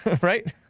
right